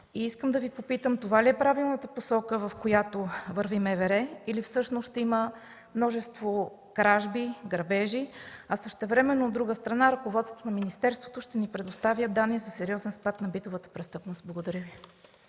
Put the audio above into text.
Искам да Ви попитам: това ли е правилната посока, в която върви МВР, или всъщност ще има множество кражби, грабежи, а същевременно, от друга страна, ръководството на министерството ще ни предоставя данни за сериозен спад на битовата престъпност? Благодаря Ви.